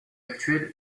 actuel